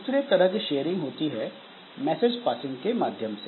दूसरे तरह की शेयरिंग होती है मैसेज पासिंग के माध्यम से